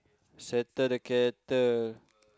settle the kettle